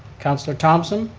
councilor thomson?